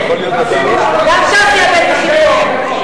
כי אתם שכחתם את התפקיד שלכם.